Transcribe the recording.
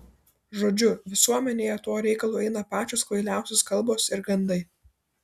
žodžiu visuomenėje tuo reikalu eina pačios kvailiausios kalbos ir gandai